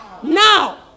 Now